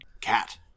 Cat